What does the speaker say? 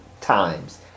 times